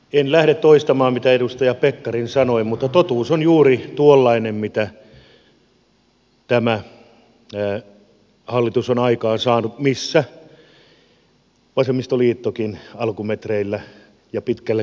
en lähde toistamaan mitä edustaja pekkarinen sanoi mutta totuus on juuri tuollainen mitä tämä hallitus on aikaan saanut missä vasemmistoliittokin alkumetreillä ja pitkällekin oli mukana